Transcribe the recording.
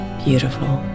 beautiful